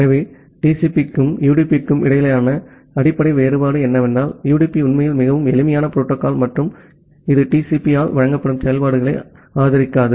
எனவே TCP க்கும் UDP க்கும் இடையிலான அடிப்படை வேறுபாடு என்னவென்றால் UDP உண்மையில் மிகவும் எளிமையான புரோட்டோகால் மற்றும் இது TCP ஆல் வழங்கப்படும் செயல்பாடுகளை ஆதரிக்காது